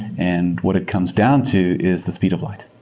and what it comes down to is the speed of light.